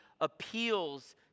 appeals